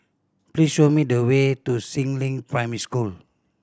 please show me the way to Si Ling Primary School